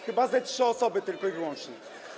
Chyba ze trzy osoby tylko i wyłącznie.